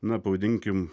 na pavadinkim